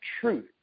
truth